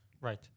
Right